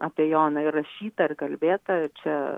apie joną ir rašyta ir kalbėta ir čia